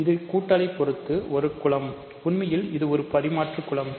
இது கூட்டலை பொறுத்து ஒரு குலம் உண்மையில் இது ஒரு பரிமாற்று குலம்